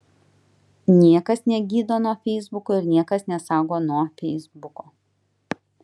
niekas negydo nuo feisbuko ir niekas nesaugo nuo feisbuko